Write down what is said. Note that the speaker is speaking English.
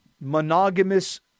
monogamous